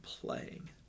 playing